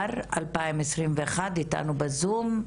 המגדר 2021, איתנו בזום.